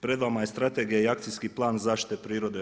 Pred vama je Strategija i Akcijski plan zaštite prirode RH.